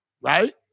right